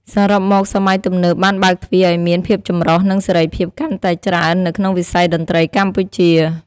សរុបមក សម័យទំនើបបានបើកទ្វារឱ្យមានភាពចម្រុះ និងសេរីភាពកាន់តែច្រើននៅក្នុងវិស័យតន្ត្រីកម្ពុជា។